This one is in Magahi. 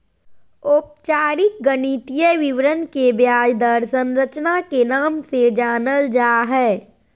औपचारिक गणितीय विवरण के ब्याज दर संरचना के नाम से जानल जा हय